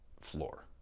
floor